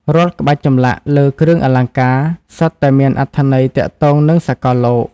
រាល់ក្បាច់ចម្លាក់លើគ្រឿងអលង្ការសុទ្ធតែមានអត្ថន័យទាក់ទងនឹងសកលលោក។